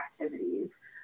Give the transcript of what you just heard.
activities